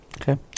Okay